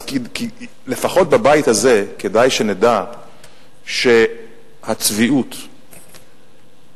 אז לפחות בבית הזה כדאי שנדע שהצביעות והציניות,